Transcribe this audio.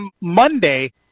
Monday